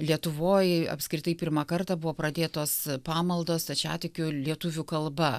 lietuvoj apskritai pirmą kartą buvo pradėtos pamaldos stačiatikių lietuvių kalba